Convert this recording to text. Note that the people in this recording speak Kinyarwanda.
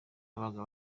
babaga